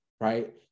right